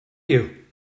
you